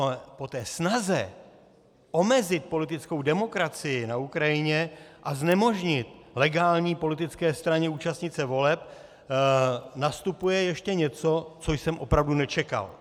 Ale po té snaze omezit politickou demokracii na Ukrajině a znemožnit legální politické straně zúčastnit se voleb nastupuje ještě něco, co jsem opravdu nečekal.